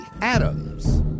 Adams